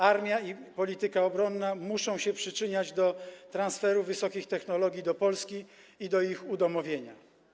Armia i polityka obronna muszą się przyczyniać do transferu wysokich technologii do Polski i do ich udomowienia.